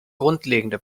grundlegende